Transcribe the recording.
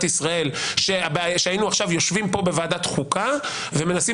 ישראל שהיינו עכשיו יושבים פה בוועדת חוקה ומנסים